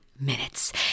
Minutes